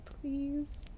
Please